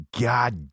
God